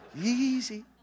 Easy